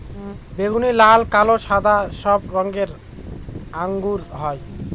বেগুনি, লাল, কালো, সাদা সব রঙের আঙ্গুর হয়